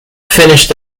finished